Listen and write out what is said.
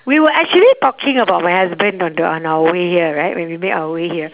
we were actually talking about my husband on the on our way here right when we made our way here